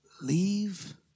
Leave